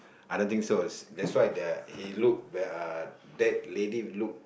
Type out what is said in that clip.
I don't think so that's why there he look the uh that lady look